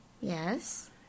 Yes